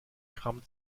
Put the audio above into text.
gramm